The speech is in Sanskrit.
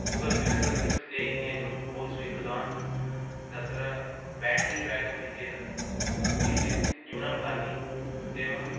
गूगल् पिक्सल् सिक्स् ए इति एकं फोन् स्वीकृतवान् तत्र बेट्री बेकप् इत्येतद् किञ्चित् न्यूनं भाति एवं